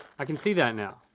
i can see that now.